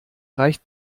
reicht